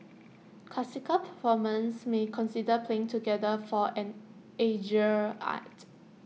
classical performers may consider playing together for an edgier act